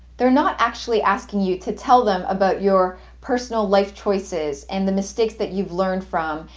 they're not actually asking you to tell them about your personal life choices, and the mistakes that you've learned from,